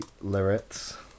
lyrics